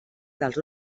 dels